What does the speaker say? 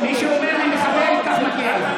מי שאומר לי מחבל, כך מגיע לו.